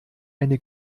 eine